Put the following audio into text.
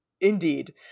Indeed